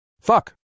Fuck